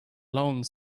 alone